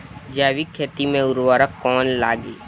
जैविक खेती मे उर्वरक कौन लागी?